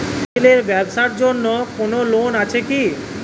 Mobile এর ব্যাবসার জন্য কোন লোন আছে কি?